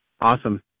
Awesome